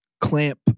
clamp